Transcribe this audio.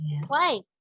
play